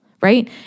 right